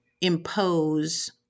impose